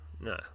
No